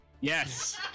yes